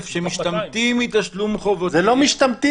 שמצב הקורונה נמשך ולא משום סיבה אחרת,